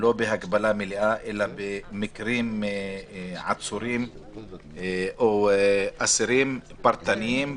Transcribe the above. בהגבלה מלאה אלא בעצורים או באסירים פרטניים,